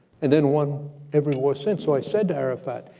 and then one every war since, so i said to arafat,